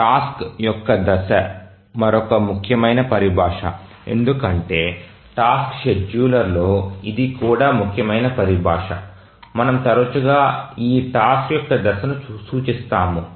task యొక్క దశ మరొక ముఖ్యమైన పరిభాష ఎందుకంటే టాస్క్ షెడ్యూలర్లలో ఇది కూడా ముఖ్యమైన పరిభాష మనము తరచుగా ఈ టాస్క్ యొక్క దశను సూచిస్తాము